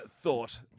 thought